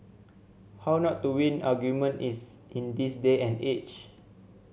how not to win argument is in this day and age